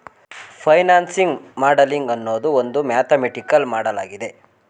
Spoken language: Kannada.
ಫೈನಾನ್ಸಿಂಗ್ ಮಾಡಲಿಂಗ್ ಅನ್ನೋದು ಒಂದು ಮ್ಯಾಥಮೆಟಿಕಲ್ ಮಾಡಲಾಗಿದೆ